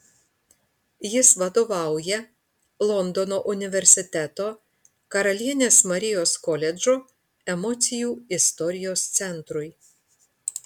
jis vadovauja londono universiteto karalienės marijos koledžo emocijų istorijos centrui